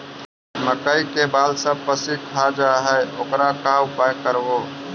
मकइ के बाल सब पशी खा जा है ओकर का उपाय करबै?